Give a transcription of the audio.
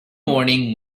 morning